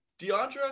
DeAndra